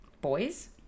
boys